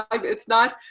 um it's not,